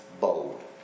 bold